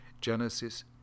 Genesis